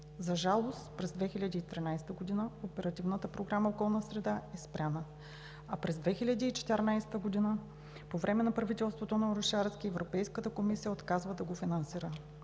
За жалост, през 2013 г. Оперативната програма „Околна среда“ е спряна, а през 2014 г. по време на правителството на Орешарски Европейската комисия отказва да го финансира.